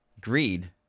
Greed